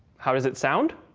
how does it sound?